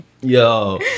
Yo